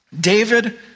David